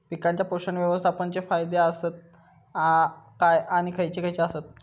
पीकांच्या पोषक व्यवस्थापन चे फायदे आसत काय आणि खैयचे खैयचे आसत?